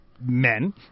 men